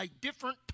different